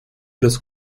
los